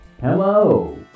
Hello